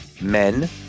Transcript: men